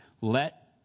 Let